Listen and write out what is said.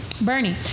bernie